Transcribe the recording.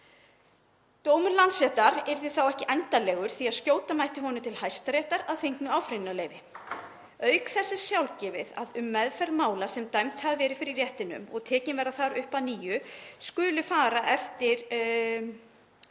Dómur Landsréttar yrði þó ekki endanlegur því að skjóta mætti honum til Hæstaréttar að fengnu áfrýjunarleyfi. Auk þess er sjálfgefið að um meðferð mála, sem dæmd hafa verið fyrir réttinum og tekin verða þar upp að nýju, skuli fara eftir lögunum.